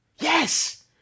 Yes